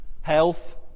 Health